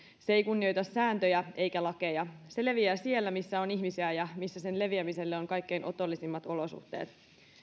se ei kunnioita sääntöjä eikä lakeja se leviää siellä missä on ihmisiä ja missä sen leviämiselle on kaikkein otollisimmat olosuhteet